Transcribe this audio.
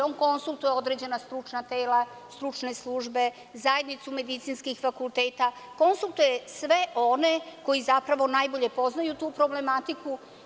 On konsultuje određena stručna tela, stručne službe, zajednicu medicinskih fakulteta, konsultuje sve one koji zapravo najbolje poznaju tu problematiku.